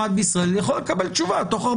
סוגיית הקורונה לא צריכה להיכנס בדרך.